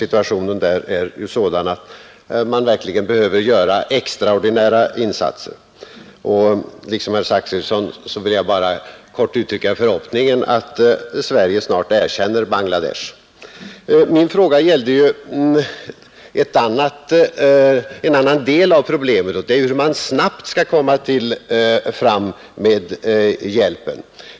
Situationen är där sådan att man verkligen behöver göra extraordinära insatser. Liksom herr Zachrisson vill jag bara kort uttrycka förhoppningen att Sverige snart erkänner Bangladesh. Min fråga gällde en annan del av problemet: hur man snabbt skall komma fram med hjälpen.